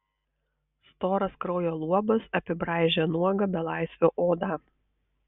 storas kraujo luobas apibraižė nuogą belaisvio odą